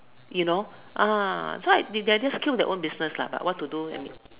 you know ah so I they they just kill their own business lah but what to do I mean